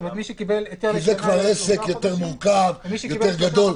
כי זה כבר עסק יותר מורכב, יותר גדול.